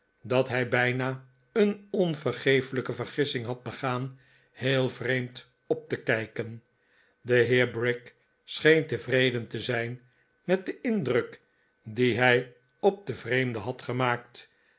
dat hij bijna een onvergeeflijke vergissing had begaan heel vreemd op te kijken de heer brick scheen tevreden te zijn met den indruk dien hij op den vreemde had gemaakt